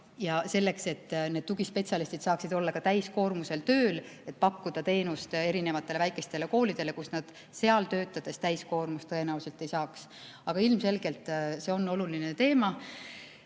selleks et need tugispetsialistid saaksid olla ka täiskoormusega tööl, et pakkuda teenust erinevatele väikestele koolidele, kus nad seal töötades täiskoormust tõenäoliselt ei saaks. Aga ilmselgelt see on oluline teema